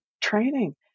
Training